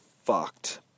fucked